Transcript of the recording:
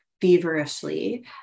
feverishly